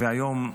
והיום,